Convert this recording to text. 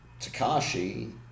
Takashi